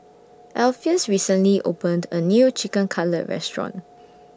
Alpheus recently opened A New Chicken Cutlet Restaurant